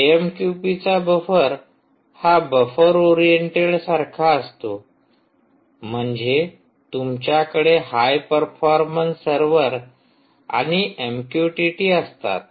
एएमक्यूपीचा buffer हा buffer oriented सारखा असतो म्हणजे तुमच्याकडे हाय परफॉर्मन्स सर्वर आणि एमक्यूटीटी असतात